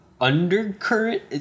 undercurrent